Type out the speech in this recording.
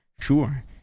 sure